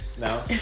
No